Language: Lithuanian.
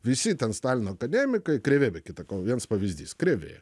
visi ten stalino akademikai krėvė be kita ko viens pavyzdys krėvė